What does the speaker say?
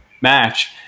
match